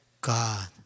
God